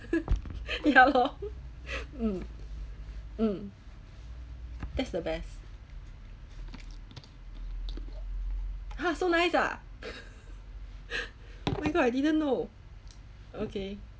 ya lor mm mm that's the best !huh! so nice ah where got I didn't know okay